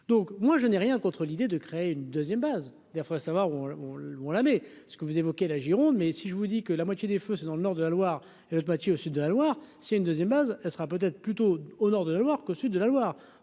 donc moi je n'ai rien contre l'idée de créer une 2ème, base des faudrait savoir où on le long là mais ce que vous évoquez la Gironde mais si je vous dis que la moitié des feux, c'est dans le nord de la Loire, l'autre moitié au sud de la Loire, c'est une 2ème, base, elle sera peut-être plutôt au nord de la Loire qu'au sud de la Loire,